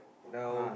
now